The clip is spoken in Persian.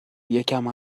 یکم